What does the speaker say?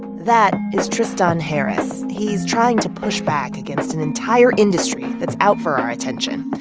that is tristan harris. he's trying to push back against an entire industry that's out for our attention.